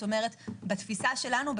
בתפיסה שלנו,